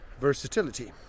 versatility